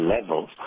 levels